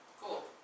Cool